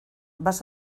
vas